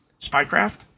Spycraft